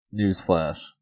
Newsflash